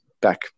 back